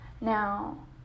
Now